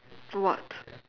what